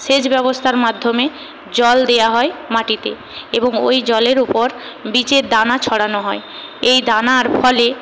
সেচ ব্যবস্থার মাধ্যমে জল দেওয়া হয় মাটিতে এবং ঐ জলের ওপর বীজের দানা ছড়ানো হয় এই দানার ফলে